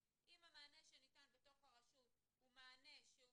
אם המענה שניתן בתוך הרשות הוא מענה שהוא